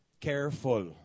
careful